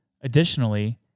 Additionally